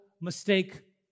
mistake